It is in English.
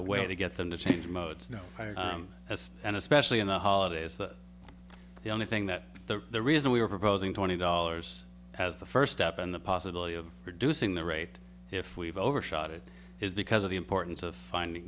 away to get them to change modes you know as and especially in the holidays the only thing that the reason we're proposing twenty dollars as the first step in the possibility of reducing the rate if we've overshot it is because of the importance of finding